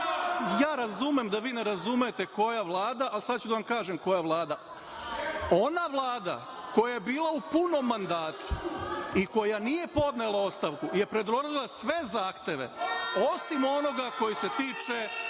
razumem da vi ne razumete koja Vlada, ali sada ću da vam kažem. Ona Vlada koja je bila u punom mandatu i koja nije podnela ostavku je predložila sve zahteve, osim onoga koji se tiče